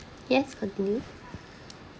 yes continue